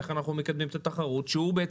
נכון.